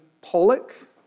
Pollock